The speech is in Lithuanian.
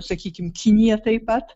sakykim kinija taip pat